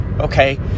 Okay